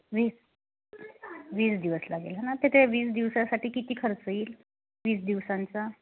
वीस वीस दिवस लागेल ना तर त्या वीस दिवसासाठी किती खर्च येईल वीस दिवसांचा